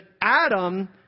Adam